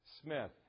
Smith